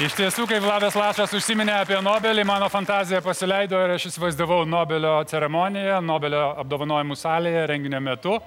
iš tiesų kai vladas lašas užsiminė apie nobelį mano fantazija pasileido ir aš įsivaizdavau nobelio ceremoniją nobelio apdovanojimų salėje renginio metu